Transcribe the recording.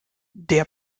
der